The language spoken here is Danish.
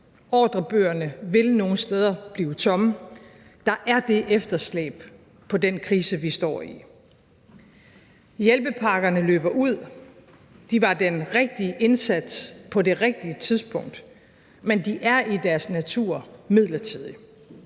Ordrebøgerne vil nogle steder blive tomme. Der er det efterslæb på den krise, vi står i. Hjælpepakkerne løber ud. De var den rigtige indsats på det rigtige tidspunkt, men de er i deres natur midlertidige.